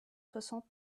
soixante